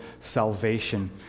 salvation